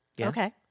Okay